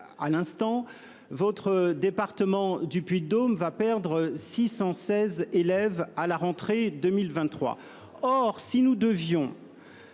M. Guerriau, votre département du Puy-de-Dôme va perdre 616 élèves à la rentrée 2023. Dès lors, si nous devions